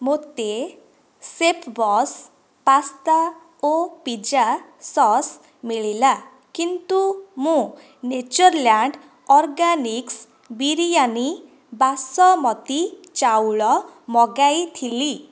ମୋତେ ଶେଫ୍ବସ୍ ପାସ୍ତା ଓ ପିଜ୍ଜା ସସ୍ ମିଳିଲା କିନ୍ତୁ ମୁଁ ନେଚର୍ଲ୍ୟାଣ୍ଡ୍ ଅର୍ଗାନିକ୍ସ୍ ବିରିୟାନୀ ବାସୁମତୀ ଚାଉଳ ମଗାଇଥିଲି